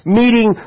meeting